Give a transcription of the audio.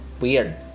weird